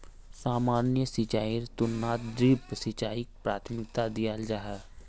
सामान्य सिंचाईर तुलनात ड्रिप सिंचाईक प्राथमिकता दियाल जाहा